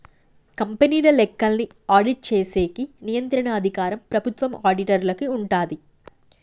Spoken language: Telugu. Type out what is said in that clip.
కంపెనీల లెక్కల్ని ఆడిట్ చేసేకి నియంత్రణ అధికారం ప్రభుత్వం ఆడిటర్లకి ఉంటాది